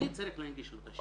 אני צריך להנגיש לו את השירות.